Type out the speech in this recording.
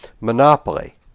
Monopoly